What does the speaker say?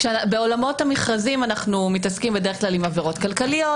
בעולמות המכרזים אנחנו מתעסקים בדרך כלל עם עבירות כלכליות,